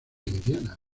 indiana